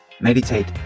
meditate